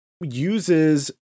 uses